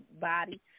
body